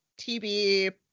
tb